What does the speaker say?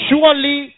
Surely